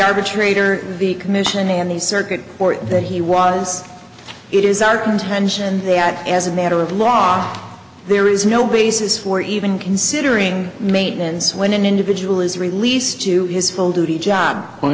arbitrator the commission and the circuit court that he was it is our contention that as a matter of law there is no basis for even considering maintenance when an individual is released to his full duty job